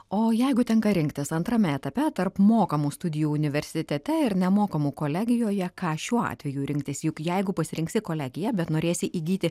o jeigu tenka rinktis antrame etape tarp mokamų studijų universitete ir nemokamų kolegijoje ką šiuo atveju rinktis juk jeigu pasirinksi kolegiją bet norėsi įgyti